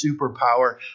superpower